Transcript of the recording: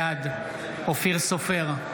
בעד אופיר סופר,